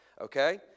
Okay